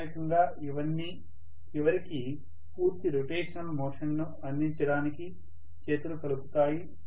ప్రాథమికంగా ఇవన్నీ చివరికి పూర్తి రొటేషనల్ మోషన్ ను అందించడానికి చేతులు కలుపుతాయి